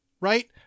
right